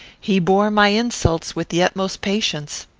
he bore my insults with the utmost patience.